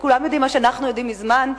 כולם יודעים את מה שאנחנו יודעים מזמן,